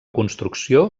construcció